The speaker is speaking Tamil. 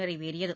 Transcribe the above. நிறைவேறியது